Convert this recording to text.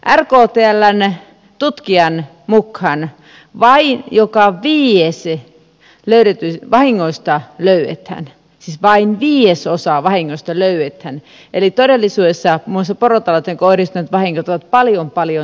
mutta rktln tutkijan mukaan vain joka viides vahingoista löydetään siis vain viidesosa vahingoista löydetään eli todellisuudessa muun muassa porotalouteen kohdistuneet vahingot ovat paljon paljon suuremmat